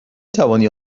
توانی